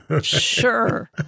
sure